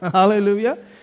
hallelujah